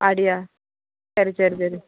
அப்படியா சரி சரி சரி